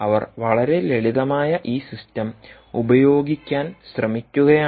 അവർ വളരെ ലളിതമായി ഈ സിസ്റ്റം ഉപയോഗിക്കാൻ ശ്രമിക്കുകയാണ്